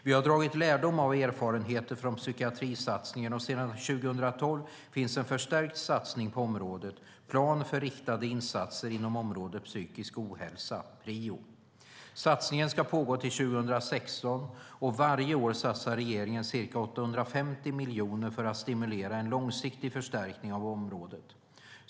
Vi har dragit lärdom av erfarenheten från psykiatrisatsningen, och sedan 2012 finns en förstärkt satsning på området - plan för riktade insatser inom området psykisk ohälsa, PRIO. Satsningen ska pågå till 2016, och varje år satsar regeringen ca 850 miljoner för att stimulera en långsiktig förstärkning på området.